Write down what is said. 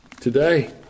today